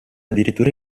addirittura